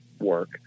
work